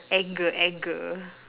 anger anger